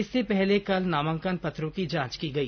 इससे पहले कल नामांकन पत्रों की जांच की गई